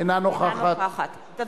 אינה נוכחת עפו אגבאריה,